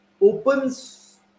opens